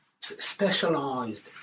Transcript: specialized